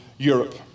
Europe